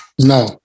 No